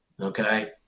Okay